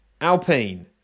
Alpine